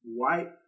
white